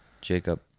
Jacob